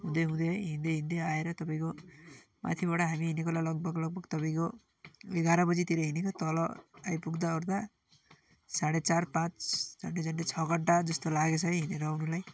हुँदै हुँदै हिँड्दै हिँड्दै आएर तपाईँको माथिबाट हामी हिँडेको होला लगभग लगभग तपाईँको एघार बजीतिर हिँडेको तल आइपुग्दा ओर्दा साँढे चार पाँच झन्डै झन्डै छ घन्टा जस्तो लागेछ है हिँडेर आउनुलाई